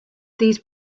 these